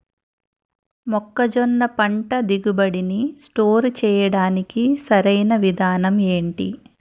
మొక్కజొన్న పంట దిగుబడి నీ స్టోర్ చేయడానికి సరియైన విధానం ఎంటి?